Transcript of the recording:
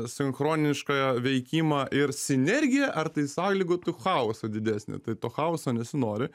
sinchronišką veikimą ir sinergiją ar tai sąlygotų chaosą didesnį tai to chaoso nesinori